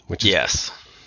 Yes